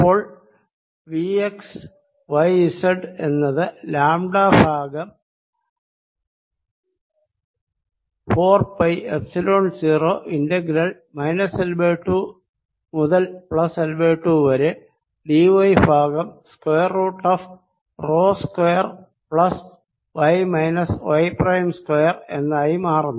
അപ്പോൾ V x y z എന്നത് lambda ഭാഗം 4 പൈ എപ്സിലോൺ 0 ഇന്റഗ്രൽ L 2 മുതൽ L 2 വരെ d y ഭാഗം square root of rho square plus y minus y prime square എന്നായി മാറുന്നു